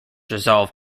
resolve